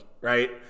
right